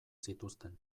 zituzten